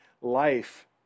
life